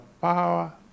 power